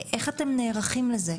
איך אתם נערכים לזה?